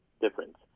difference